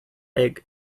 egg